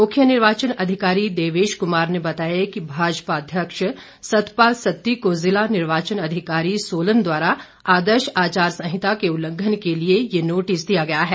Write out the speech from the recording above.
मुख्य निर्वाचन अधिकारी देवेश कुमार ने बताया कि भाजपा अध्यक्ष सतपाल सत्ती को जिला निर्वाचन अधिकारी सोलन द्वारा आदर्श आचार संहिता के उल्लंघन के लिए यह नोटिस दिया गया है